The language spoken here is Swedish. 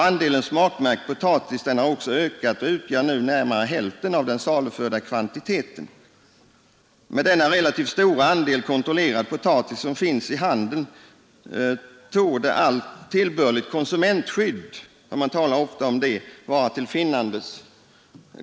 Andelen smakmärkt potatis har också ökat och utgör nu närmare hälften av den saluförda kvantiteten. Med denna relativt stora andel kontrollerad potatis som finns i handeln torde allt tillbörligt konsumentskydd — man talar ofta om det — vara till finnandes.